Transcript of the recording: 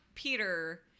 Peter